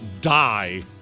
die